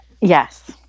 Yes